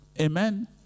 Amen